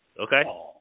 Okay